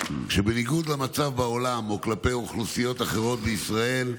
שבניגוד למצב בעולם או כלפי אוכלוסיות אחרות בישראל,